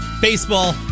Baseball